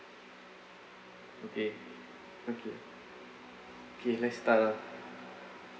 okay okay K let's start ah